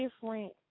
different